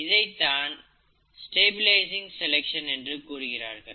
இதைத்தான் stabilising selection என்று கூறுகிறார்கள்